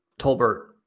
Tolbert